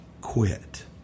quit